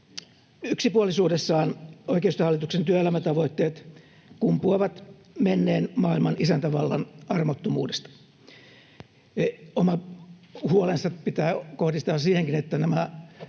Yksipuolisuudessaan oikeistohallituksen työelämätavoitteet kumpuavat menneen maailman isäntävallan armottomuudesta. Omat huolensa pitää kohdistaa siihenkin, että nämä